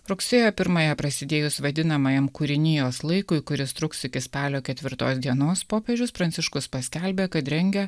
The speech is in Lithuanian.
rugsėjo pirmąją prasidėjus vadinamajam kūrinijos laikui kuris truks iki spalio ketvirtos dienos popiežius pranciškus paskelbė kad rengia